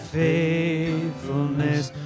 faithfulness